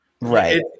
Right